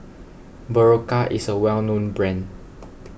Berocca is a well known brand